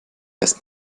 erst